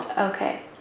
okay